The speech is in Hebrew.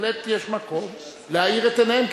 בהחלט יש מקום להאיר את עיניהם,